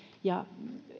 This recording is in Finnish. ja